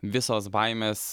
visos baimės